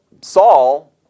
Saul